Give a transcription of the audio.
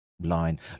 line